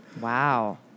Wow